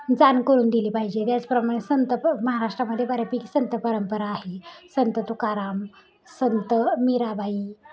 जाण करून दिली पाहिजे त्याचप्रमाणे संत महाराष्ट्रामध्ये बऱ्यापैकी संत परंपरा आहे संत तुकाराम संत मिराबाई